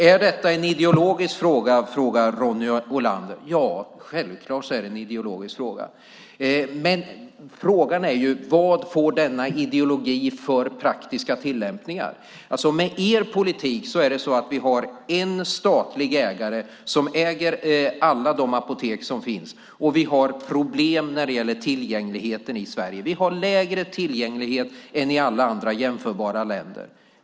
Är detta en ideologisk fråga, frågar Ronny Olander? Ja, självklart är det en ideologisk fråga. Men frågan är: Vad får denna ideologi för praktiska tillämpningar? Med er politik har vi en statlig ägare som äger alla de apotek som finns, och vi har problem när det gäller tillgängligheten i Sverige. Vi har lägre tillgänglighet än i alla andra jämförbara länder.